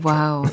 Wow